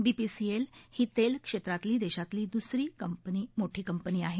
BPCL ही तेल क्षेत्रातली देशातली द्सरी मोठी कंपनी आहे